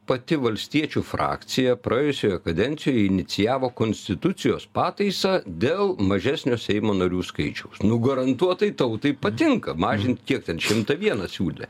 pati valstiečių frakcija praėjusioje kadencijoje inicijavo konstitucijos pataisą dėl mažesnio seimo narių skaičiaus nu garantuotai tautai patinka mažint kiek ten šimtą vieną siūlė